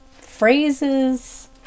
phrases